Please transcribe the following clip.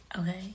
Okay